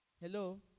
Hello